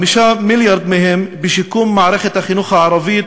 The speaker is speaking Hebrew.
5 מיליארד מהם בשיקום מערכת החינוך הערבית,